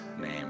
name